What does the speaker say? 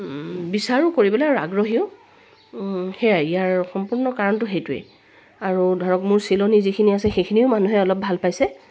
বিচাৰোঁ কৰিবলৈ আৰু আগ্ৰহীও সেয়াই ইয়াৰ সম্পূৰ্ণ কাৰণটো সেইটোৱেই আৰু ধৰক মোৰ চিলনি যিখিনি আছে সেইখিনিও মানুহে অলপ ভাল পাইছে